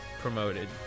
promoted